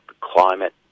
climate